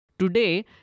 Today